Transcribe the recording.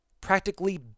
practically